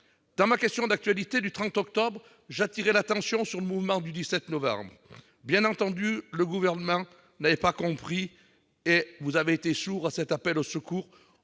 Dans ma question d'actualité du 30 octobre dernier, j'appelais l'attention sur le mouvement du 17 novembre. Bien entendu, le Gouvernement n'avait pas compris et il a été sourd à cet appel au secours.